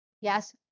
Yes